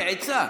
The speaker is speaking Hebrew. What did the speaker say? כעצה,